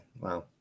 Wow